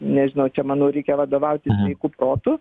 nežinau čia manau reikia vadovautis sveiku protu